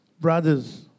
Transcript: brothers